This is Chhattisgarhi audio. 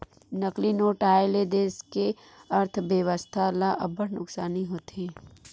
नकली नोट आए ले देस के अर्थबेवस्था ल अब्बड़ नुकसानी होथे